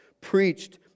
preached